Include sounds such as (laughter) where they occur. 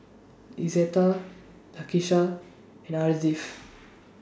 Izetta Lakesha and Ardith (noise)